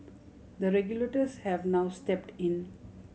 the regulators have now stepped in